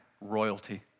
royalty